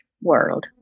world